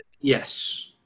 yes